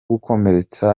gukomeretsa